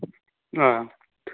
ꯑ